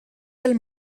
del